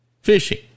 fishing